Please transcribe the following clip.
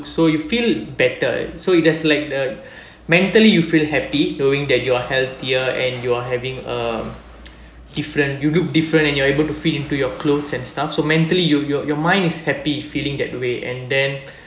so you feel better so just like the mentally you feel happy knowing that you are healthier and you're having a different you look different and you're able to fit into your clothes and stuff so mentally your your your mind is happy feeling that way and then